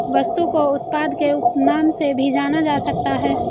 वस्तु को उत्पाद के उपनाम से भी जाना जा सकता है